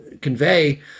convey